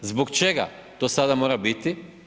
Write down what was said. Zbog čega to sada mora biti?